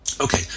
Okay